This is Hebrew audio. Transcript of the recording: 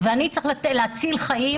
והוא צריך להציל חיים